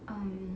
um